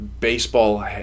Baseball